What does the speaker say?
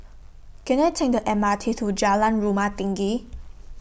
Can I Take The M R T to Jalan Rumah Tinggi